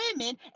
women